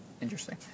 interesting